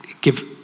give